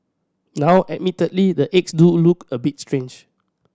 now admittedly the eggs do look a bit strange